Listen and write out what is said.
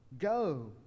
Go